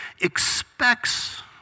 expects